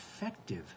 effective